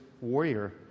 warrior